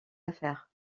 affaires